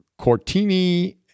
Cortini